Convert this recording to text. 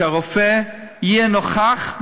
שהרופא יהיה נוכח,